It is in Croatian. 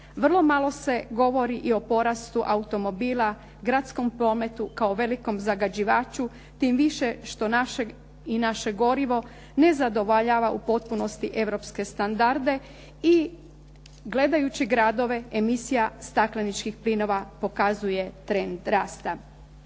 Vrlo malo se govori i o porastu automobila, gradskom prometu kao velikom zagađivaču tim više što našeg i naše gorivo ne zadovoljava u potpunosti europske standarde. I gledajući gradove emisija stakleničkih plinova pokazuje trend rasta.